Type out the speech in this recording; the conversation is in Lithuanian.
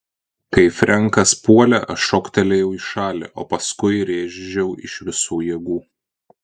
kai frenkas puolė aš šoktelėjau į šalį o paskui rėžiau iš visų jėgų